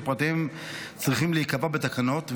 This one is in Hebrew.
שפרטיהם צריכים להיקבע בתקנות,